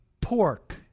pork